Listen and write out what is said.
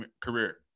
career